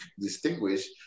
distinguish